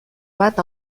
bat